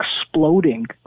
exploding